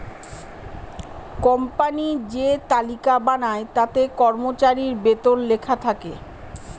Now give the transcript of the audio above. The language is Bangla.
কোম্পানি যে তালিকা বানায় তাতে কর্মচারীর বেতন লেখা থাকে